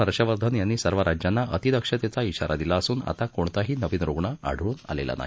हर्षवर्धन यांनी सर्व राज्यांना अतिदक्षतेचा श्रीार दिला असून आता कोणताही नवीन रुग्ण आढळून आलेला नाही